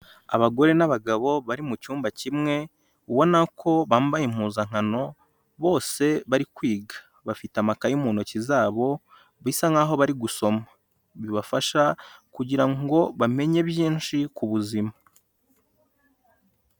Abagore n'abagabo bari mu cyumba kimwe ubona ko bambaye impuzankano bose bari kwiga, bafite amakaye mu ntoki zabo bisa nkaho bari gusoma bibafasha kugira ngo bamenye byinshi ku buzima.